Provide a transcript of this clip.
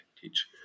teach